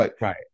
Right